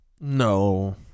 No